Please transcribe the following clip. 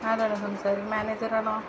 ആരാണ് സംസാരിക്കുന്നത് മാനേജറാണോ